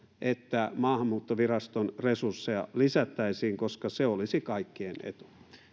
että maahanmuuttoviraston resursseja lisättäisiin koska se olisi kaikkien etu